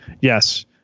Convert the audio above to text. Yes